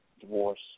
divorce